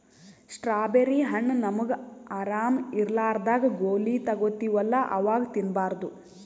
strawberry ಹಣ್ಣ್ ನಮ್ಗ್ ಆರಾಮ್ ಇರ್ಲಾರ್ದಾಗ್ ಗೋಲಿ ತಗೋತಿವಲ್ಲಾ ಅವಾಗ್ ತಿನ್ಬಾರ್ದು